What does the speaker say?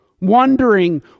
Wondering